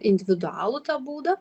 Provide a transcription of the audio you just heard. individualų tą būdą